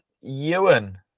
Ewan